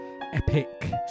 epic